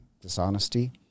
dishonesty